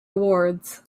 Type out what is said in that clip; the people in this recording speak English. awards